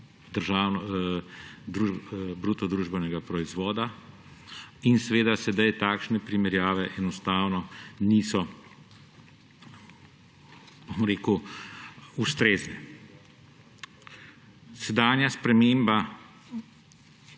bruto družbenega proizvoda in seveda sedaj takšne primerjave enostavno niso ustrezne. Sedanja sprememba